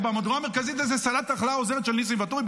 במהדורה המרכזית: איזה סלט אכלה העוזרת של ניסים ואטורי?